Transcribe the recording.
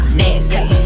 nasty